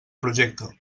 projecte